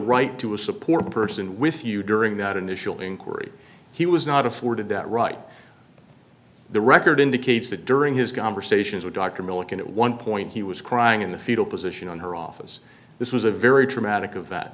right to a support person with you during that initial inquiry he was not afforded that right the record indicates that during his conversations with dr millikan at one point he was crying in the fetal position on her office this was a very traumatic of that